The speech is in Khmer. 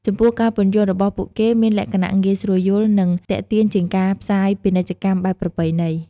ចំពោះការពន្យល់របស់ពួកគេមានលក្ខណៈងាយស្រួលយល់ និងទាក់ទាញជាងការផ្សាយពាណិជ្ជកម្មបែបប្រពៃណី។